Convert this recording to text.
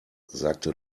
sagte